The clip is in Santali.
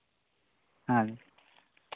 ᱦᱮᱸ